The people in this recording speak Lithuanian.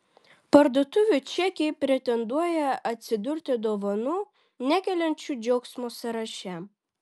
parduotuvių čekiai pretenduoja atsidurti dovanų nekeliančių džiaugsmo sąraše